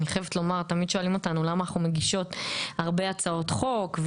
אני חייבת לומר: תמיד שואלים אותנו למה אנחנו מגישות הרבה הצעות חוק,